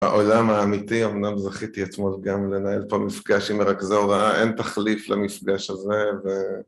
העולם האמיתי אמנם זכיתי אתמול גם לנהל פה מפגש עם רכזי הוראה אין תחליף למפגש הזה ו...